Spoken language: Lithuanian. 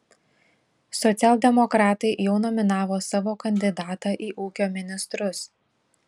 socialdemokratai jau nominavo savo kandidatą į ūkio ministrus